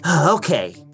Okay